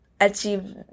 achieve